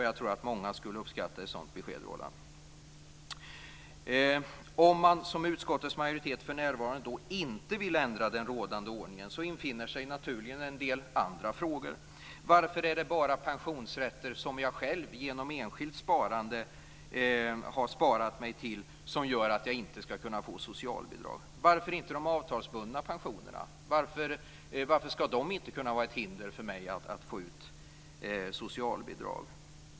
Jag tror att många skulle uppskatta ett sådant besked. Om man som utskottets majoritet för närvarande inte vill ändra den rådande ordningen infinner sig naturligen en del andra frågor. Varför är det bara pensionsrätter som jag själv genom enskilt sparande har sparat mig till som gör att jag inte skall kunna få socialbidrag? Varför inte de avtalsbundna pensionerna? Varför skulle inte de vara ett hinder för mig att få ut socialbidrag?